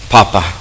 Papa